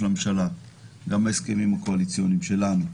הממשלה וגם בהסכמים הקואליציוניים שלנו.